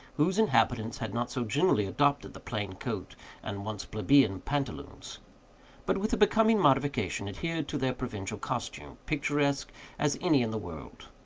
whose inhabitants had not so generally adopted the plain coat and once plebeian pantaloons but, with a becoming modification, adhered to their provincial costume, picturesque as any in the world.